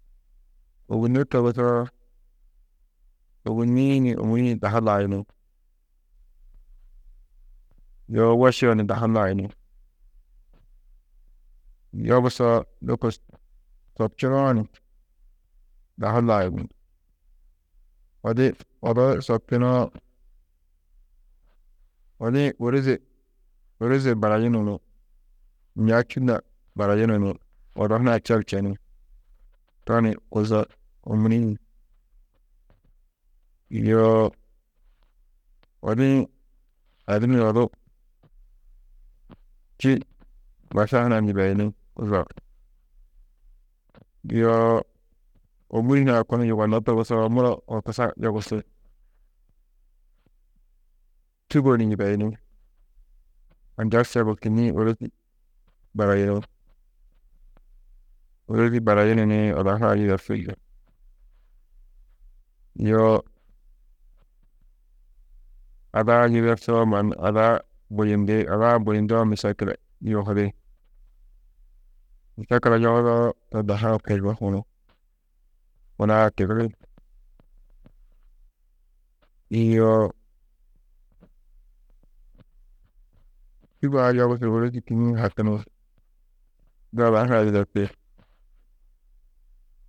Ôgunno togusoo, ôgunni-ĩ ni ômuri-ĩ dahu layini, yo wošio ni dahu layini, yobusoo, lôko sobčunoo ni dahu layini, odi-ĩ, odo sobčunoo odi-ĩ ôroze, ôroze barayunu ni ña čû na barayunu ni odo hunã čer čeni, to ni kuzo ômurii-ĩ, yoo odi-ĩ adimmi odu, čî maša huna ni yibeyini, yoo ômuri hunã kunu yugonnó togusoo muro horkusa yogusi, sûgo ni yibeyini, anja çebu kînniĩ ôrozi barayini, ôrozi barayunu ni odo hunã yidersi, yoo ada-ã yidersoo mannu ada-ã buyindi, ada-ã buyundoo mešekile yohidi, mešekile yohudoo to dahu-ã kuzo hunu, hunaã tigiri, yo sûg-ã yogusu ôrozi kînniĩ hakini, du ada huna yidersi.